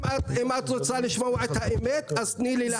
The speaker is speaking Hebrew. אם את רוצה לשמוע את האמת אז תני לי להשיב.